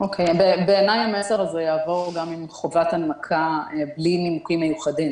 בעיניי המסר הזה יעבור גם עם חובת הנמקה בלי נימוקים מיוחדים.